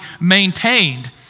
maintained